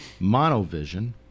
monovision